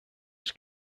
its